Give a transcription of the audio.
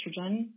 estrogen